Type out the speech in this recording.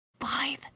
Five